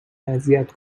اذیت